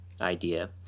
idea